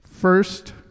First